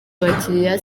abakiriya